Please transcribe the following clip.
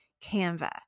Canva